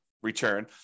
return